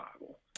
bible